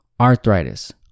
arthritis